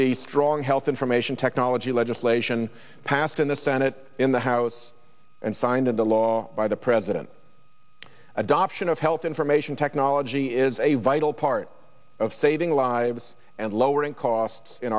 see strong health information technology legislation passed in the senate in the house and signed into law by the president adoption of health information technology is a vital part of saving lives and lowering costs in